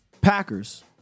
Packers